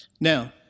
Now